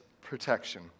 protection